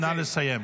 נא לסיים.